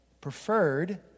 preferred